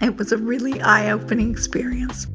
and was a really eye-opening experience